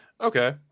Okay